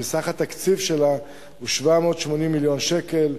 סך התקציב שלה הוא 780 מיליון שקל.